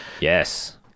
yes